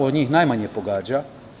On njih najmanje pogađa.